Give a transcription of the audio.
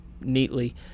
neatly